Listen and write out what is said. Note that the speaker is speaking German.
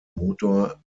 motor